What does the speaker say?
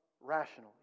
rationally